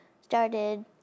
started